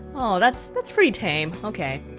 oh, that's that's pretty tame, okay